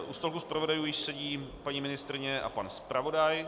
U stolku zpravodajů již sedí paní ministryně a pan zpravodaj.